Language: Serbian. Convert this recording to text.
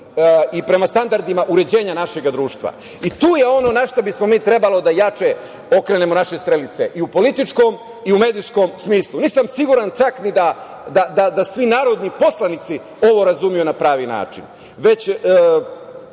i prema standardima uređenja našeg društva. Tu je ono na šta bismo mi trebali da jače okrenemo naše strelice, i u političkom i u medijskom smislu. Nisam siguran čak ni da svi narodni poslanici ovo razumeju na pravi način.